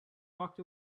walked